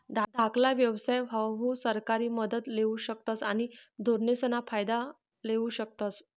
धाकला व्यवसाय हाऊ सरकारी मदत लेवू शकतस आणि धोरणेसना फायदा लेवू शकतस